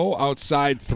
outside